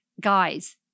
Guys